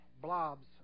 blobs